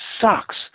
sucks